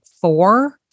four